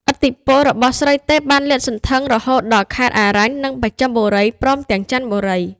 ឥទ្ធិពលរបស់ស្រីទេពបានលាតសន្ធឹងរហូតដល់ខេត្ត អរញ្ញ និង បស្ចឹមបូរីព្រមទាំង ច័ន្ទបូរី ។